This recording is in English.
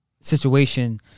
situation